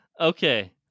Okay